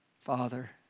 Father